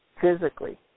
physically